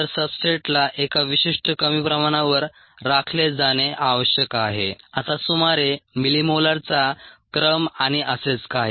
तर सब्सट्रेटला एका विशिष्ट कमी प्रमाणावर राखले जाणे आवश्यक आहे आता सुमारे मिलिमोलरचा क्रम आणि असेच काही